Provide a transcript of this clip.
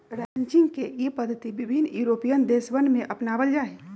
ranching के ई पद्धति विभिन्न यूरोपीयन देशवन में अपनावल जाहई